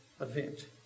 event